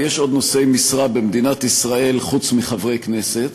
יש עוד נושאי משרה במדינת ישראל חוץ מחברי כנסת.